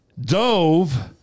Dove